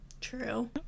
True